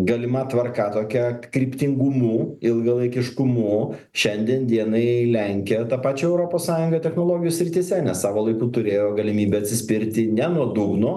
galima tvarka tokia kryptingumu ilgalaikiškumu šiandien dienai lenkia tą pačią europos sąjungą technologijų srityse nes savo laiku turėjo galimybę atsispirti ne nuo dugno